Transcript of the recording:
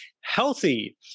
healthy